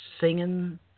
singing